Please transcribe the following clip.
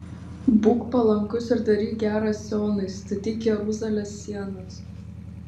būk palankus ir daryk gera sionui statyk jeruzalės sienas